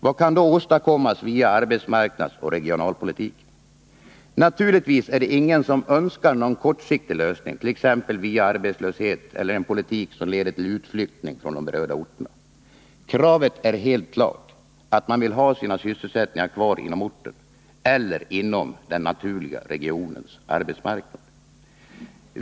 Vad kan då åstadkommas via arbetsmarknadsoch regionalpolitiken? Naturligtvis är det ingen som önskar någon kortsiktig lösning, t.ex. via arbetslöshet eller en politik som leder till utflyttning från de berörda orterna. Kravet är helt klart: man vill ha sina sysselsättningar kvar inom orten eller inom den naturliga regionens arbetsmarknad.